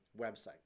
website